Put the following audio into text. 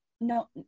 no